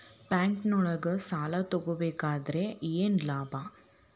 ಬ್ಯಾಂಕ್ನೊಳಗ್ ಸಾಲ ತಗೊಬೇಕಾದ್ರೆ ಏನ್ ಲಾಭ?